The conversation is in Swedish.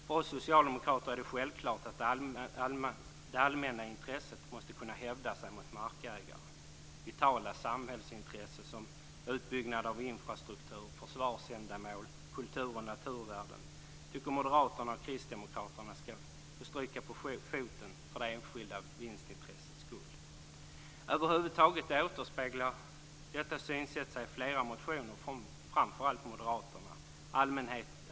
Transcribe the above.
För oss socialdemokrater är det självklart att det allmänna intresset måste kunna hävda sig mot markägaren. Vitala samhällsintressen som utbyggnad av infrastruktur, försvarsändamål, kultur och naturvärden tycker moderaterna och kristdemokraterna skall få stryka på foten för det enskilda vinstintressets skull. Över huvud taget återspeglar detta synsätt sig i flera motioner från framför allt moderaterna.